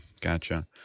Gotcha